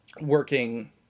working